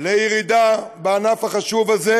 לירידה בענף החשוב הזה,